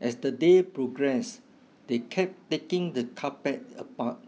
as the day progressed they kept taking the carpet apart